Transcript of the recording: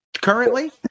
Currently